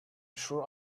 sure